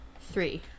Three